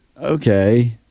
Okay